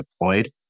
deployed